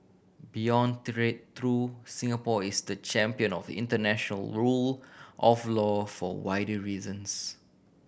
beyond trade though Singapore is the champion of international rule of law for wider reasons